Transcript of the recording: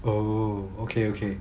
oh okay okay